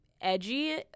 edgy